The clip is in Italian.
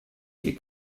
che